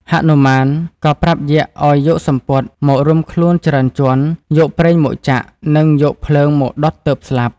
ហនុមានក៏ប្រាប់យក្ស ឱ្យយកសំពត់ មករុំខ្លួនច្រើនជាន់ យកប្រេងមកចាក់ និងយកភ្លើងមកដុតទើបស្លាប់។